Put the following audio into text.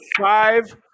five